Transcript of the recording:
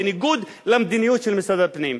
בניגוד למדיניות של משרד הפנים.